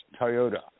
Toyota